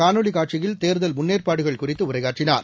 காணொலி காட்சியில் தேர்தல் முன்னேற்பாடுகள் குறித்து உரையாற்றினார்